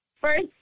First